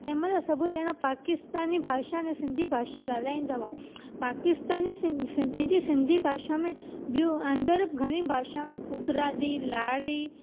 तंहिं महिल सभु ॼणा पकिस्तानी भाषा ने सिंधी भाषा ॻाल्हाईंदा हुआ पाकिस्तानी सिं सि पंहिंजी सिंधी भाषा में ॿियूं अंदरि घणियूं भाषाऊं आहिनि उत्तरादी लाड़ी